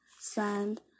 Sand